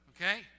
okay